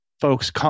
folks